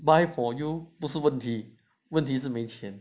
buy for you 不是问题问题是没钱